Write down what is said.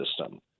system